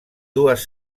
dues